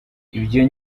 ibyo